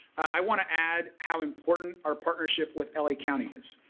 i want to add how important our partnership with la county is.